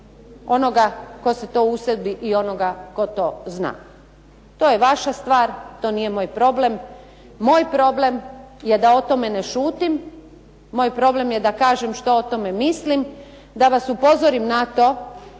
onoga tko se to usudi i onoga tko to zna. To je vaša stvar. To nije moj problem. Moj problem je da o tome ne šutim, moj problem je da kažem što o tome mislim, da vas upozorim na to